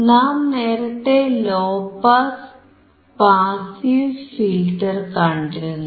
നാം നേരത്തേ low pass passive filter കണ്ടിരുന്നു